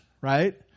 right